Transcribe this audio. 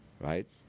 right